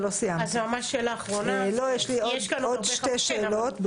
לא סיימתי, יש לי עוד שלוש שאלות.